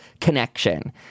connection